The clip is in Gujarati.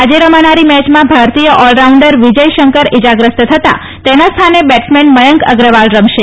આજે રમાનારી મેચમાં ભારતીય ોલ રાઉન્ડર વિજય શંકર ઇજાગ્રસ્ત થતા તેના સ્થાને બેટ્સમેન મયંક અગ્રવાલ રમશે